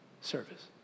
service